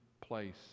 place